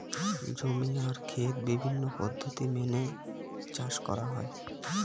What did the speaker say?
জমি আর খেত বিভিন্ন পদ্ধতি মেনে চাষ করা হয়